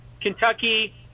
Kentucky